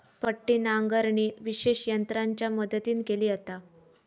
पट्टी नांगरणी विशेष यंत्रांच्या मदतीन केली जाता